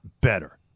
better